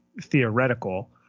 theoretical